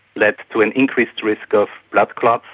led to an increased risk of blood clots,